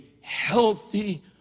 healthy